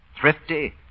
thrifty